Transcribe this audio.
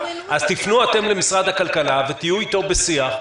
אז תפנו אתם למשרד הכלכלה ותהיו איתו בשיח,